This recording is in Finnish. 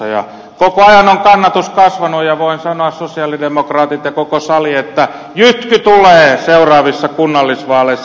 koko ajan on kannatus kasvanut ja voin sanoa sosialidemokraatit ja koko sali että jytky tulee seuraavissa kunnallisvaaleissa